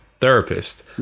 therapist